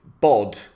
BOD